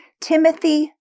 Timothy